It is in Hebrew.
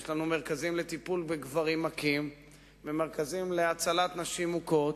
יש לנו מרכזים לטיפול בגברים מכים ומרכזים להצלת נשים מוכות,